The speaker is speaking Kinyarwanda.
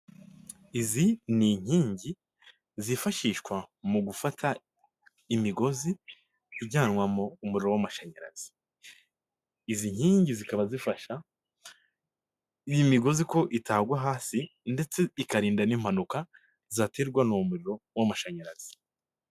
Izi ni inkingi zifashishwa mu gufata imigozi, ijyana umuriro w'amashanyarazi; izi nkingi zikaba zifasha iyi migozi ko itagwa hasi ndetse ikarinda n'impanuka zaterwa n'umuriro w'amashanyarazi.